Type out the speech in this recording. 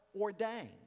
ordained